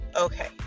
okay